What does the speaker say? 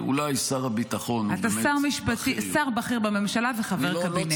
אולי שר הביטחון -- אתה שר בכיר בממשלה וחבר קבינט.